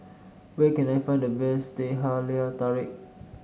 where can I find the best Teh Halia Tarik